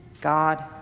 God